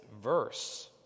verse